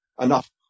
enough